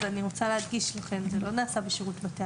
זה לא נעשה בשירות.